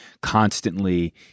constantly